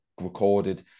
recorded